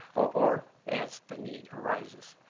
or as the need arises.